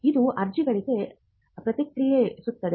ಇದು ಆಜ್ಞೆಗಳಿಗೆ ಪ್ರತಿಕ್ರಿಯಿಸುತ್ತದೆ